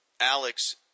Alex